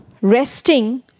resting